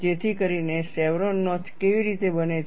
જેથી કરીને chevron notch કેવી રીતે બને છે